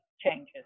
changes